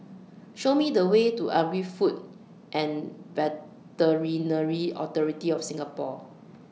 Show Me The Way to Agri Food and Veterinary Authority of Singapore